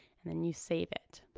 and then you save it.